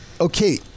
okay